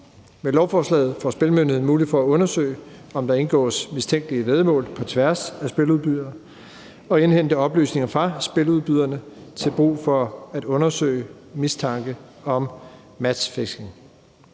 Med lovforslaget får Spillemyndigheden mulighed for at undersøge, om der indgås mistænkelige væddemål på tværs af spiludbydere, og indhente oplysninger fra spiludbyderne til brug for at undersøge mistanke om matchfixing.